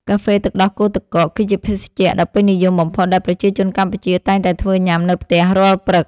កាហ្វេទឹកដោះគោទឹកកក គឺជាភេសជ្ជៈដ៏ពេញនិយមបំផុតដែលប្រជាជនកម្ពុជាតែងតែធ្វើញ៉ាំនៅផ្ទះរាល់ព្រឹក។